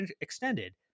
extended